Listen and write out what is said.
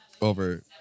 over